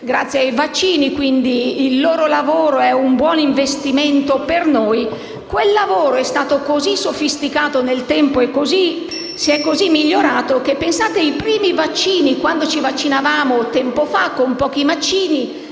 grazie ai vaccini, quindi il loro lavoro è un buon investimento per noi. Quel lavoro è stato così sofisticato nel tempo ed è così migliorato che, pensate, quando ci vaccinavamo tempo fa con pochi vaccini,